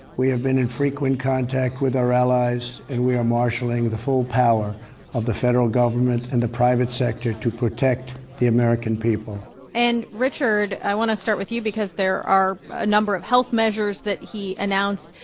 we have been in frequent contact with our allies, and we are marshalling the full power of the federal government and the private sector to protect the american people and, richard, i want to start with you because there are a number of health measures that he announced,